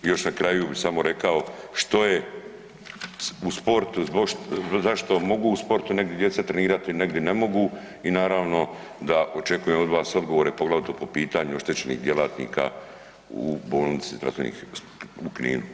I još na kraju bi samo rekao što je u sportu, .../nerazumljivo/ zašto mogu u sportu negdje djeca trenirati, negdje ne mogu i naravno da očekujem od vas odgovore po pitanju oštećenih djelatnika u bolnici ... u Kninu.